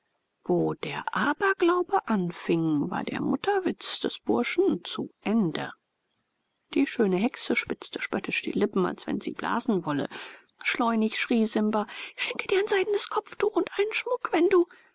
wo der aberglaube anfing war der mutterwitz des burschen zu ende die schöne hexe spitzte spöttisch die lippen als wenn sie blasen wolle schleunig schrie simba ich schenke dir ein seidenes kopftuch und einen schmuck wenn du